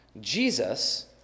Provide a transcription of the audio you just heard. Jesus